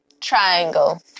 triangle